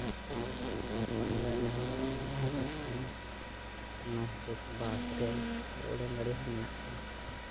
ᱟᱨ ᱵᱷᱮᱜᱟᱨ ᱡᱟᱦᱟᱸ ᱞᱮᱠᱟ ᱢᱮᱱᱟᱜᱼᱟ ᱚᱱᱟ ᱦᱤᱥᱟᱹᱵ ᱵᱟᱥ ᱨᱮᱹᱞ ᱟᱨ ᱩᱰᱟᱹᱱ ᱜᱟᱹᱰᱤ ᱦᱚᱸ ᱢᱮᱱᱟᱜ ᱜᱮᱭᱟ